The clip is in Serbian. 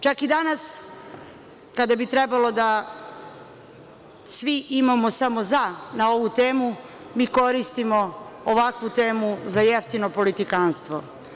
Čak i danas kada bi trebalo da svi imamo samo „za“ na ovu temu, mi koristimo ovakvu temu za jeftino politikanstvo.